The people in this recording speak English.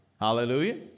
Hallelujah